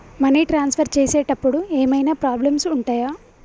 Money transfer చేసేటప్పుడు ఏమైనా problems ఉంటయా?